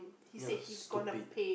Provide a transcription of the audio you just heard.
yeah stupid